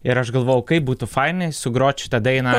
ir aš galvojau kaip būtų fainai sugroti šitą dainą